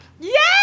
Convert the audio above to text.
Yes